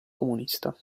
comunista